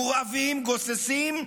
מורעבים, גוססים,